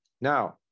Now